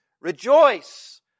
Rejoice